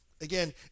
Again